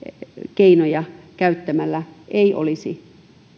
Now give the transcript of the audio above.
keinoja käyttämällä ei olisi